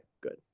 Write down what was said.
good